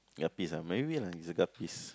guppies maybe lah it's a guppies